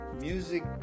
music